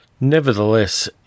Nevertheless